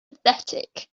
apathetic